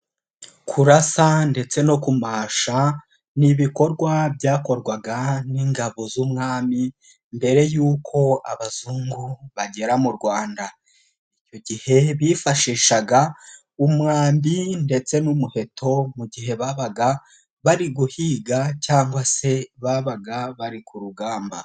Kurasa ndetse no kumasha ni ibikorwa byakorwaga n'ingabo z'umwami mbere y'uko abazungu bagera mu Rwanda, icyo gihe bifashishaga umwambi ndetse n'umuheto mu gihe babaga bari guhiga cyangwa se babaga bari ku rugamba.